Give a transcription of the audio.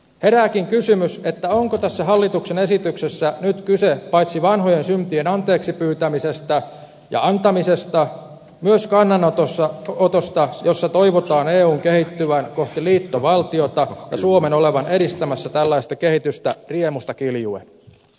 herääkin kysymys onko tässä hallituksen esityksessä nyt kyse paitsi vanhojen syntien anteeksipyytämisestä ja antamisesta myös kannanotosta jossa toivotaan eun kehittyvän kohti liittovaltiota ja suomen olevan edistämässä tällaista kehitystä riemusta kiljuen